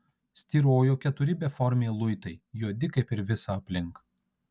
styrojo keturi beformiai luitai juodi kaip ir visa aplink